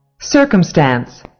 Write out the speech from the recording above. circumstance